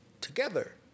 together